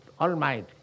Almighty